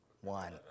one